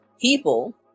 people